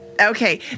Okay